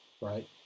right